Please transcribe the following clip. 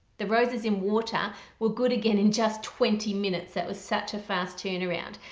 the roses in water were good again in just twenty minutes that was such a fast turnaround.